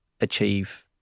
achieve